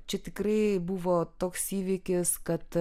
čia tikrai buvo toks įvykis kad